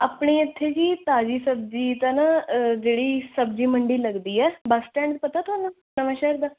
ਆਪਣੇ ਇੱਥੇ ਜੀ ਤਾਜ਼ੀ ਸਬਜ਼ੀ ਤਾਂ ਨਾ ਜਿਹੜੀ ਸਬਜ਼ੀ ਮੰਡੀ ਲੱਗਦੀ ਹੈ ਬੱਸ ਸਟੈਂਡ ਪਤਾ ਤੁਹਾਨੂੰ ਨਵੇਂ ਸ਼ਹਿਰ ਦਾ